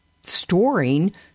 storing